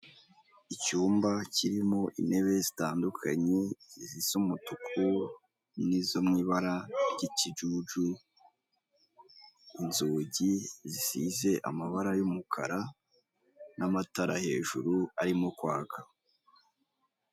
Icyumba kirimo intebe zitandukanye, izisa umutuku nizo mu ibara ry'ikijuju, inzugi zisize amabara y'umukara, n'amatara hejuru arimo kwaga.